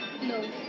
no